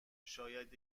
شاید